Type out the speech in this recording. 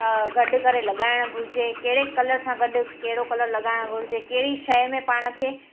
गॾु करे लॻाइण घुरिजे कहिड़े कलर सां गॾु कहिड़ो कलर लॻाइण घुरिजे कहिड़ी शइ में पाण खे